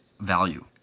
value